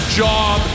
job